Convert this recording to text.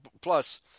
Plus